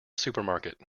supermarket